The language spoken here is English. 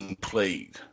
played